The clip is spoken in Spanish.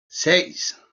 seis